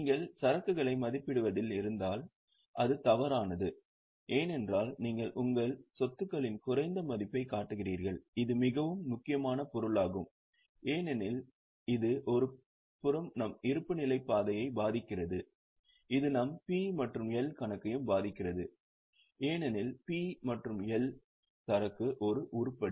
நீங்கள் சரக்குகளை மதிப்பிடுவதில் இருந்தால் அது தவறானது ஏனென்றால் நீங்கள் உங்கள் சொத்துக்களின் குறைந்த மதிப்பைக் காட்டுகிறீர்கள் இது மிகவும் முக்கியமான பொருளாகும் ஏனெனில் இது ஒருபுறம் நம் இருப்புநிலைப் பாதையை பாதிக்கிறது இது நம் P மற்றும் L கணக்கையும் பாதிக்கிறது ஏனெனில் P மற்றும் L சரக்கு ஒரு உருப்படி